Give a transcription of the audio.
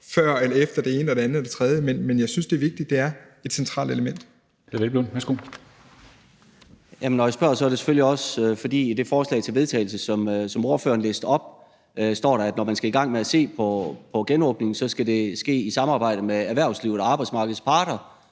før eller efter det ene, det andet eller det tredje, men jeg synes, det er vigtigt, at det er et centralt element. Kl. 14:06 Formanden (Henrik Dam Kristensen): Hr. Peder Hvelplund, værsgo. Kl. 14:06 Peder Hvelplund (EL): Når jeg spørger, er det selvfølgelig også, fordi der i det forslag til vedtagelse, som ordføreren læste op, står, at når man skal i gang med at se på genåbningen, så skal det ske i samarbejde med erhvervslivet og arbejdsmarkedets parter.